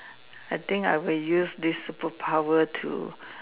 I think I will use this superpower to